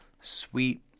sweet